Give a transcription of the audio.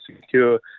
secure